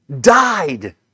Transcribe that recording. died